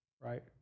Right